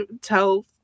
tell